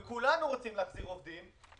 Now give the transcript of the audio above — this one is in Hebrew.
וכולנו רוצים להחזיר עובדים,